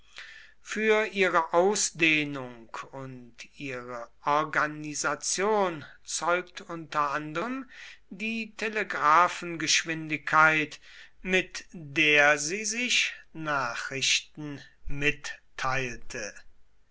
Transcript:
für ihre ausdehnung und ihre organisation zeugt unter anderem die telegraphengeschwindigkeit mit der sie sich nachrichten mitteilte